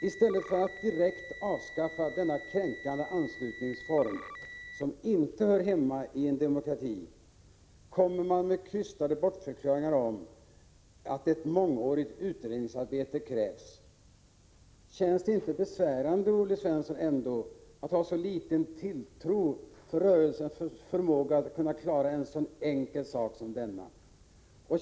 I stället för att direkt avskaffa denna kränkande anslutningsform, som inte hör hemma i en demokrati, kommer man med krystade bortförklaringar om att ett mångårigt. Prot. 1986/87:46 utredningsarbete krävs. 10 december 1986 Känns det inte besvärande, Olle Svensson, att ha så liten tilltro till. Za GT rörelsens förmåga att kunna klara av en så enkel sak som denna?